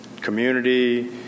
community